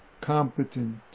Competent